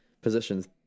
positions